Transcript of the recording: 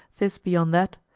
thisbe on that,